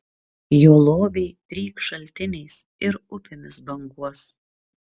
jo lobiai trykš šaltiniais ir upėmis banguos